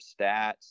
stats